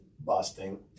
Busting